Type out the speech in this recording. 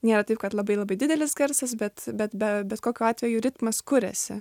nėra taip kad labai labai didelis garsas bet bet be bet kokiu atveju ritmas kuriasi